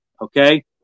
okay